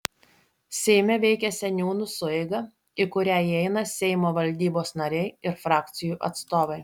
seime veikia seniūnų sueiga į kurią įeina seimo valdybos nariai ir frakcijų atstovai